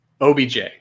Obj